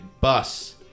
bus